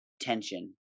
tension